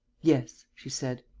yes, she said.